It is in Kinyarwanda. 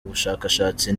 bushakashatsi